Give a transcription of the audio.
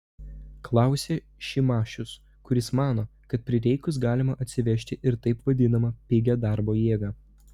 klausia šimašius kuris mano kad prireikus galima atsivežti ir taip vadinamą pigią darbo jėgą